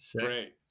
Great